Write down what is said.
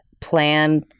plan